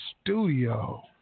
studio